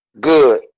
Good